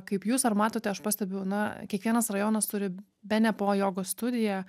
kaip jūs ar matote aš pastebiu na kiekvienas rajonas turi bene po jogos studiją